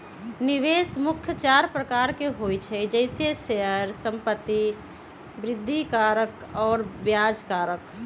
निवेश मुख्य चार प्रकार के होइ छइ जइसे शेयर, संपत्ति, वृद्धि कारक आऽ ब्याज कारक